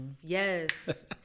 Yes